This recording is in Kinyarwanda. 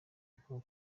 nkuko